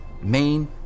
Main